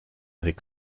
avec